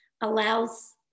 allows